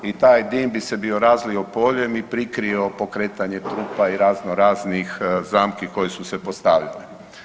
I taj dim bi se bio razlio poljem i prikrio pokretanje trupa i razno raznih zamki koje su se postavljale.